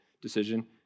decision